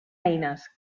eines